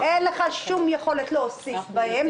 אין לך שום יכולת להוסיף בהן,